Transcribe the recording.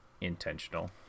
intentional